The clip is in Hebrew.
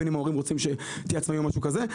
בין אם ההורים רוצים שתהיה עצמאי או משהו כזה,